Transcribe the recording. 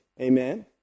Amen